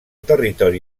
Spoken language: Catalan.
territori